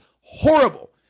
horrible